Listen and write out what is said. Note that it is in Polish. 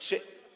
Czy.